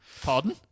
Pardon